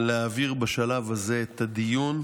להעביר בשלב הזה את הדיון,